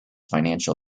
financial